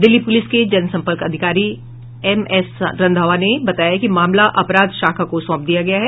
Delhi police के जनसम्पर्क अधिकारी एम एस रंधावा ने बताया कि मामला अपराध शाखा को सौंप दिया गया है